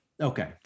Okay